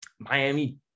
Miami